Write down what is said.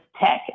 tech